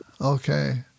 Okay